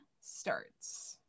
starts